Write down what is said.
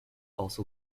also